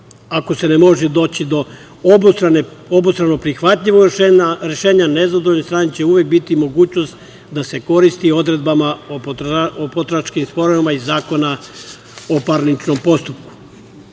Ako se ne može doći do obostrano prihvatljivog rešenja, nezadovoljne strane će uvek biti u mogućnosti da se koriste odredbama o potrošačkim sporovima iz Zakona o parničnom postupku. Pored